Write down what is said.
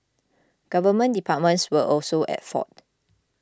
government departments were also at fault